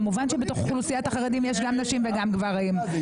כמובן שבתוך אוכלוסיית החרדים יש גם נשים וגם גברים.